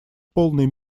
полной